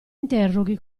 interroghi